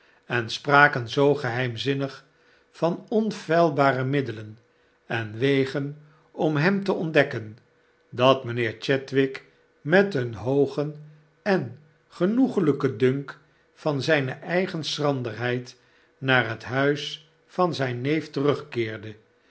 en spraken zoo geheimzinnig van onfeilbare middelen en wegen om hem te ontdekken dat mynheer chadwick met een hoogen en genoeglijken dunk van zijne eigen schranderheid naar het huis van zijn neef terugkeerde